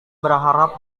berharap